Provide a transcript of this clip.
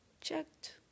checked